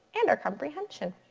and our comprehension.